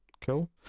Cool